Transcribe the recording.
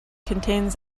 contains